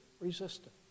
resistant